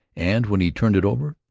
and when he turned it over,